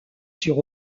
sur